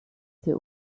sie